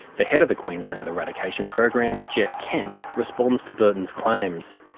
the head of the queensland eradication program geoff kent responds to burton's claims.